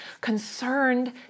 concerned